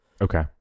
Okay